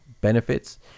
benefits